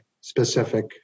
specific